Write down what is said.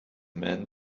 man